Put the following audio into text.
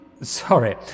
Sorry